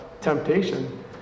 temptation